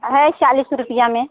है चालीस रुपये में